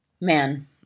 Man